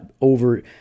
over